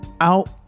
out